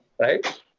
right